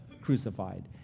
crucified